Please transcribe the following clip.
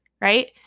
Right